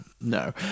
no